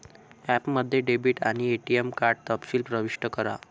ॲपमध्ये डेबिट आणि ATM card तपशील प्रविष्ट करा